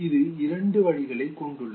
இது இரண்டு வழிகளைக் கொண்டுள்ளது